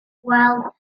gweld